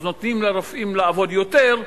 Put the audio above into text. אז נותנים לרופאים לעבוד יותר,